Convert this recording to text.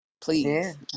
please